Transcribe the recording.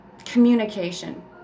communication